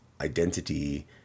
identity